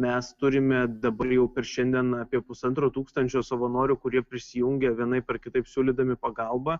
mes turime jau per šiandien apie pusantro tūkstančio savanorių kurie prisijungė vienaip ar kitaip siūlydami pagalbą